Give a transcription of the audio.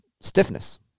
stiffness